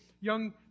Young